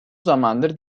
zamandır